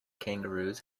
kangaroos